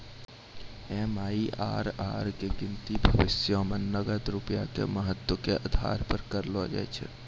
MIRR के गिनती भविष्यो मे नगद रूपया के महत्व के आधार पे करलो जाय छै